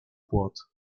płot